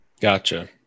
Gotcha